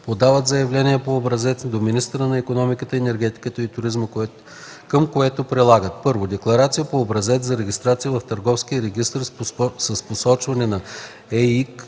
подават заявление по образец до министъра на икономиката, енергетиката и туризма, към което прилагат: 1. декларация по образец за регистрация в търговския регистър с посочване на ЕИК